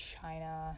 China